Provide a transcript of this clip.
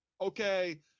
okay